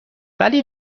ولی